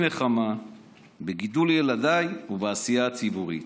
נחמה בגידול ילדיי ובעשייה הציבורית,